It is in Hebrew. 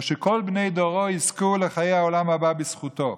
שכל בני דורו יזכו לחיי העולם הבא בזכותו.